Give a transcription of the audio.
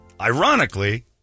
Ironically